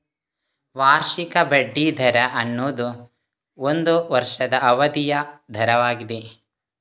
ವಾರ್ಷಿಕ ಬಡ್ಡಿ ದರ ಅನ್ನುದು ಒಂದು ವರ್ಷದ ಅವಧಿಯ ದರವಾಗಿದೆ